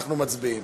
אנחנו מצביעים.